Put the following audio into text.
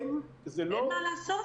אין מה לעשות?